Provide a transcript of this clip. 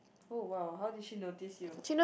oh !wow! how did she notice you